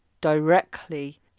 directly